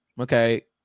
Okay